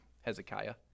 Hezekiah